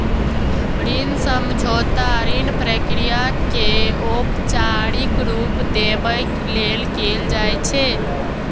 ऋण समझौता ऋण प्रक्रिया कें औपचारिक रूप देबय लेल कैल जाइ छै